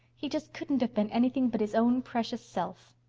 he just couldn't have been anything but his own precious self.